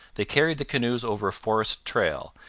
they carried the canoes over a forest trail,